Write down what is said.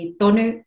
tonu